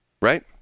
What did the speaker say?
Right